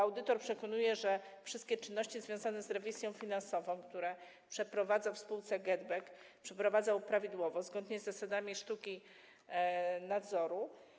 Audytor przekonuje, że wszystkie czynności związane z rewizją finansową, które przeprowadzał w spółce GetBack, przeprowadzał prawidłowo, zgodnie z zasadami sztuki nadzoru.